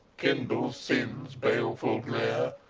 kindles sin's baleful glare.